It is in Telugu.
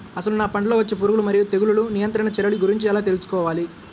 అసలు నా పంటలో వచ్చే పురుగులు మరియు తెగులుల నియంత్రణ చర్యల గురించి ఎలా తెలుసుకోవాలి?